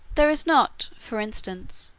there is not, for instance,